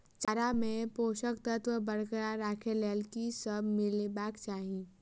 चारा मे पोसक तत्व बरकरार राखै लेल की सब मिलेबाक चाहि?